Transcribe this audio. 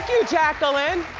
you, jaclyn.